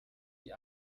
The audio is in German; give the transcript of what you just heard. die